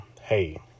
hey